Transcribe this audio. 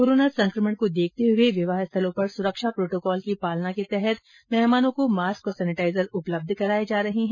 corona संक्रमण को देखते हुए विवाह स्थलों पर सुरक्षा प्रोटोकॉल की पालना के तहत मेहमानों को मास्क और सैनिटाइजर उपलब्ध कराए जा रहे हैं